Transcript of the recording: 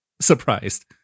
Surprised